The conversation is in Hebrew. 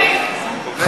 אתה כובש.